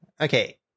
Okay